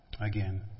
again